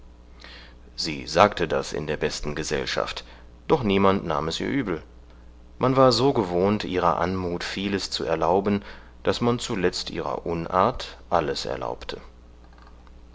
sie sagte das in der besten gesellschaft doch niemand nahm es ihr übel man war so gewohnt ihrer anmut vieles zu erlauben daß man zuletzt ihrer unart alles erlaubte